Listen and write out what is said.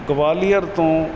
ਗਵਾਲੀਅਰ ਤੋਂ